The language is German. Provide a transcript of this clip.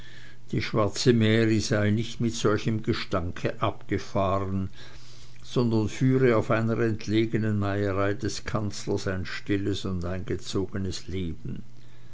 die schwarze mary sei nicht mit solchem gestank abgefahren sondern führe auf einer entlegenen meierei des kanzlers ein stilles und eingezogenes leben